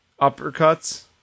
uppercuts